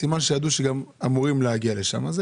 סימן שידעו שגם אמורים להגיע לשם.